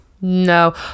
no